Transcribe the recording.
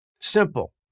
simple